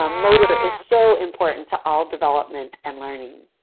ah motor is so important to all development and learning.